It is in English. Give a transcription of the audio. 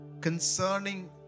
concerning